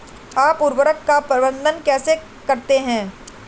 आप उर्वरक का प्रबंधन कैसे करते हैं?